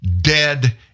dead